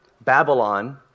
Babylon